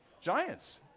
Giants